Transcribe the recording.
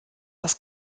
das